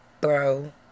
bro